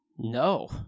No